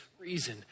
reason